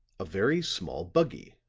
a very small buggy,